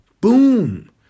Boom